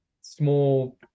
small